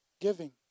giving